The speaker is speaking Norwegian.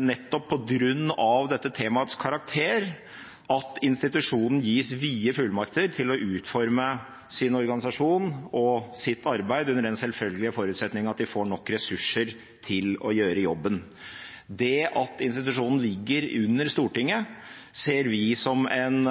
nettopp på grunn av dette temaets karakter at institusjonen gis vide fullmakter til å utforme sin organisasjon og sitt arbeid, under den selvfølgelige forutsetning at de får nok ressurser til å gjøre jobben. Det at institusjonen ligger under Stortinget, ser vi som en